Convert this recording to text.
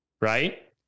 Right